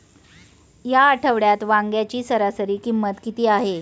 या आठवड्यात वांग्याची सरासरी किंमत किती आहे?